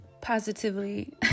positively